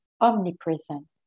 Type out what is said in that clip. omnipresent